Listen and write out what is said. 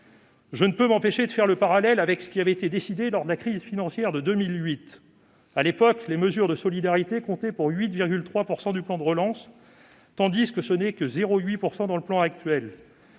Je ne peux m'empêcher de faire le parallèle avec ce qui avait été décidé lors de la crise financière de 2008 : à l'époque, les mesures de solidarité correspondaient à 8,3 % du plan de relance, tandis qu'elles ne représentent plus que